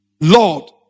Lord